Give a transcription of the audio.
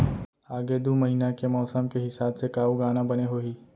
आगे दू महीना के मौसम के हिसाब से का उगाना बने होही?